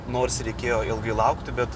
nors reikėjo ilgai laukti bet